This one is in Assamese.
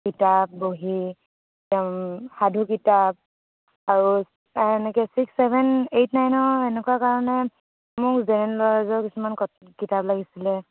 কিতাপ বহি সাধু কিতাপ আৰু এনেকৈ ছিক্স ছেভেন এইট নাইনৰ এনেকুৱা কাৰণে মোক জেনেৰেল ন'লেজৰ কিছুমান কিতাপ লাগিছিলে